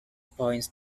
points